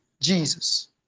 Jesus